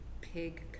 pig